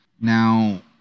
Now